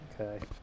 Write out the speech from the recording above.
Okay